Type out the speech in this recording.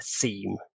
theme